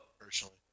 personally